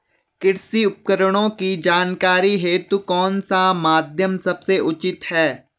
कृषि उपकरण की जानकारी हेतु कौन सा माध्यम सबसे उचित है?